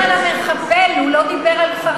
הוא דיבר על המחבל,